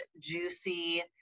juicy